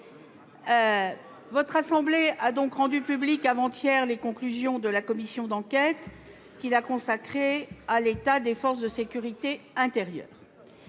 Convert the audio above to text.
votre assemblée a rendu publiques, avant-hier, les conclusions de la commission d'enquête qu'elle a consacrée à l'état des forces de sécurité intérieure.